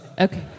Okay